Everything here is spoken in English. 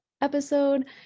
episode